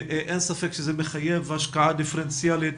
אין ספק שזה מחייב השקעה דיפרנציאלית